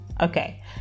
okay